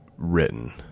written